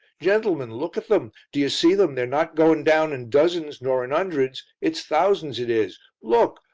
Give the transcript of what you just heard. gentlemen, look at them! d'ye see them? they're not going down in dozens, nor in undreds it's thousands, it is. look!